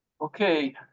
Okay